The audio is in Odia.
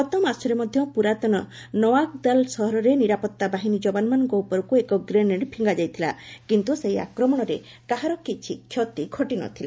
ଗତ ମାସରେ ମଧ୍ୟ ପ୍ରରାତନ ନୱାକଦାଲ ସହରରେ ନିରାପତ୍ତା ବାହିନୀ ଯବାନମାନଙ୍କ ଉପରକୁ ଏକ ଗ୍ରେନେଡ୍ ଫିଙ୍ଗା ଯାଇଥିଲା କିନ୍ତୁ ସେହି ଆକ୍ରମଣରେ କାହାର କିଛି କ୍ଷତି ଘଟିନଥିଲା